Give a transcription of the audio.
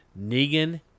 negan